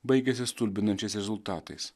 baigėsi stulbinančiais rezultatais